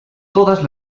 todas